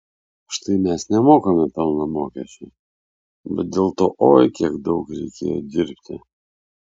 štai mes nemokame pelno mokesčio bet dėl to oi kiek daug reikėjo dirbti